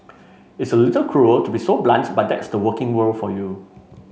it's a little cruel to be so blunt but that's the working world for you